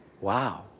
Wow